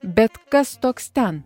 bet kas toks ten